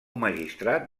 magistrat